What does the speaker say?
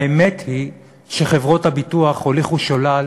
האמת היא שחברות הביטוח הוליכו שולל